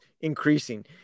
increasing